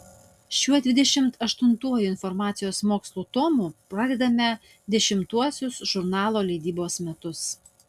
šiuo dvidešimt aštuntuoju informacijos mokslų tomu pradedame dešimtuosius žurnalo leidybos metus